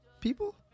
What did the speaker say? people